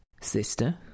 Sister